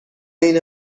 این